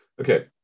Okay